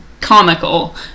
comical